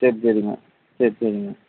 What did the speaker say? சேரி சரிங்க சேரி சரிங்க